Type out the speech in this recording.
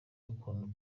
ukuntu